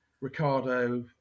Ricardo